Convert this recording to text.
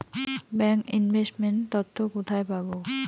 Bank investment তথ্য কোথায় পাব?